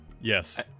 Yes